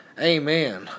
Amen